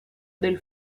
del